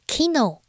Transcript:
,Kino